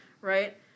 right